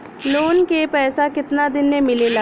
Loan के पैसा कितना दिन मे मिलेला?